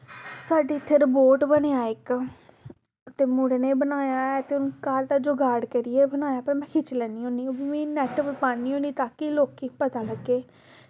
साढ़े इत्थें रोबोट बनेआ इक ते मुड़े ने बनाया ऐ ते उन्न घर दा जुगाड़ करियै बनाया ऐ ते में खिच्ची लैन्नी आं ओह् बी मीं नेट उप्पर पान्नी होन्नी ताकि लोकें ई पता लग्गै